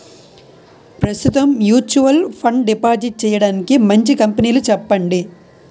ప్రస్తుతం mutual fund deposit చేయడానికి మంచి కంపెనీలు చెప్పండి